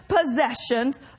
possessions